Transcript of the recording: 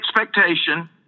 expectation